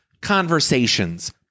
conversations